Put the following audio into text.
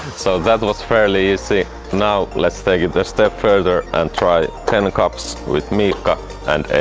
so that was fairly easy now, let's take it a step further and try ten cups with miikka and